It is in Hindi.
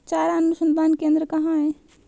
चारा अनुसंधान केंद्र कहाँ है?